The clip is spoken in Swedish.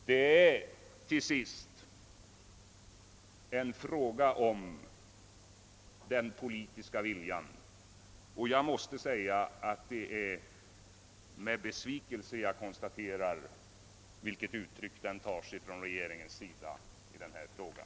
Det är till sist här en fråga om den politiska viljan, och jag konstaterar med besvikelse vilket uttryck denna vilja tar sig inom regeringen.